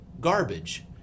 garbage